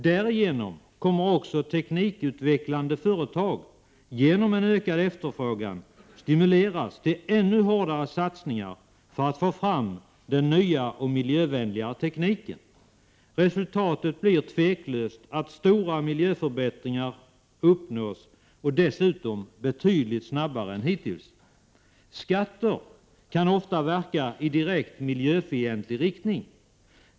Därigenom kommer också teknikutvecklande företag, genom ökad efterfrågan, att stimuleras till ännu hårdare satsningar för att få fram den nya och miljövänligare tekniken. Resultatet blir tveklöst att stora miljöförbättringar uppnås, och dessutom betydligt snabbare än hittills. Skatter kan ofta verka i direkt miljöfientlig riktning.